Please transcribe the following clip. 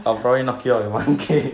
I'll probably knock you out in one kick